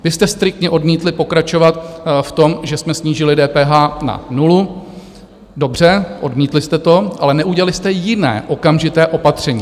Vy jste striktně odmítli pokračovat v tom, že jsme snížili DPH na nulu, dobře, odmítli jste to, ale neudělali jste jiné okamžité opatření.